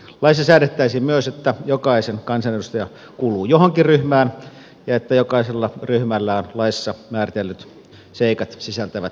laissa säädettäisiin myös että jokainen kansanedustaja kuuluu johonkin ryhmään ja että jokaisella ryhmällä on laissa määritellyt seikat sisältävät säännöt